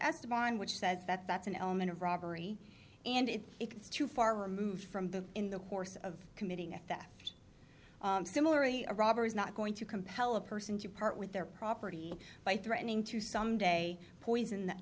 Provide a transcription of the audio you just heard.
esteban which says that that's an element of robbery and if it's too far removed from the in the course of committing a theft similarly a robber is not going to compel a person to part with their property by threatening to someday poison